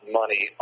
money